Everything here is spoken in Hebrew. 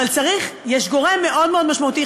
אבל יש גורם מאוד מאוד משמעותי,